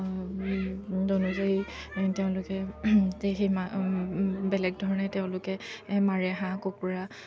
অনুযায়ী তেওঁলোকে সেই বেলেগ ধৰণে তেওঁলোকে মাৰে হাঁহ কুকুৰা